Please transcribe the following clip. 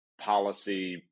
policy